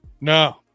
No